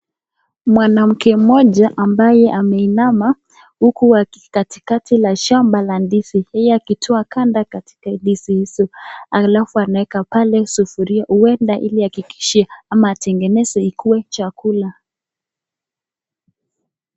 Mwanamke mmoja ambaye ameinama uku aki katikati ya shamba la ndizi, yeye akitoa ganda katika ndizi hizi alafu anaeka pale sufuria uenda ili ahakikishe ama ategeneze ikue chakula.